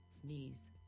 sneeze